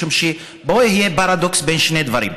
משום שפה יהיה פרדוקס בין שני דברים.